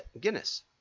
Guinness